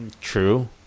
True